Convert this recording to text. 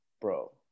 bro